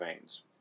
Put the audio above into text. veins